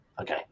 okay